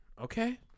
Okay